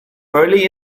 early